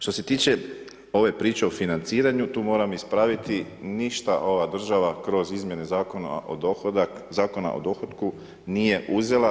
Što se tiče ove priče o financiranju tu moram ispraviti, ništa ova država kroz izmjene Zakona o dohotku nije uzela.